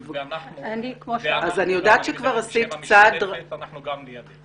עבד אל חכים חאג' יחיא (הרשימה המשותפת): גם אנחנו מהרשימה המשותפת.